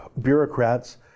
bureaucrats